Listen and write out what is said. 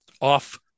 off